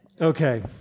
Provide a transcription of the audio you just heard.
Okay